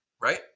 Right